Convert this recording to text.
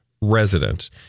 resident